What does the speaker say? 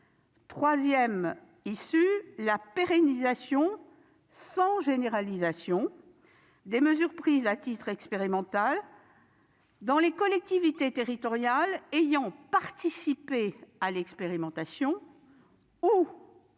expérimental ; la pérennisation, sans généralisation, des mesures prises à titre expérimental dans les collectivités territoriales ayant participé à l'expérimentation, ou dans certaines